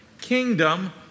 kingdom